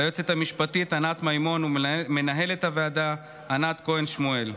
ליועצת המשפטית ענת מימון ומנהלת הוועדה ענת כהן שמואל.